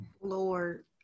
Lord